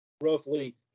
roughly